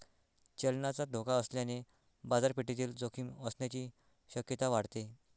चलनाचा धोका असल्याने बाजारपेठेतील जोखीम असण्याची शक्यता वाढते